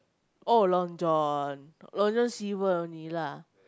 oh Long John Long John Silver only lah